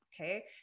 Okay